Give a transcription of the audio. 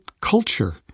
culture